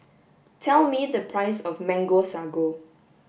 tell me the price of Mango Sago